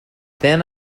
then